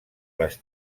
les